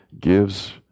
gives